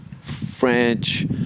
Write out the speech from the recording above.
French